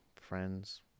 friends